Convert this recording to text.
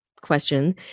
question